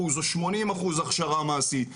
90% או 80% הכשרה מעשית,